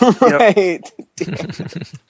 right